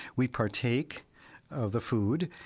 we partake of the food,